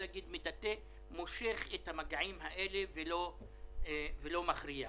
המגעים האלה ולא מכריע.